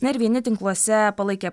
na ir vieni tinkluose palaikė